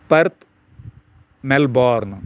Perth Melbourne